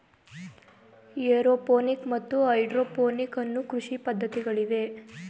aeroponic ಮತ್ತು hydroponic ಅನ್ನೂ ಕೃಷಿ ಪದ್ಧತಿಗಳಿವೆ